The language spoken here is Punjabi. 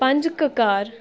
ਪੰਜ ਕਕਾਰ